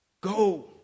Go